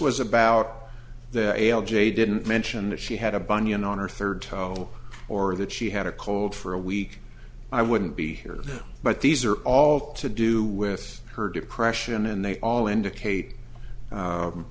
was about the l j didn't mention that she had a bunyan on her third tell or that she had a cold for a week i wouldn't be here but these are all to do with her depression and they all indicate